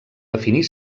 definir